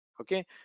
Okay